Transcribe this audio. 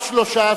סיעת